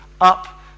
up